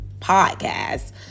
podcast